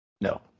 No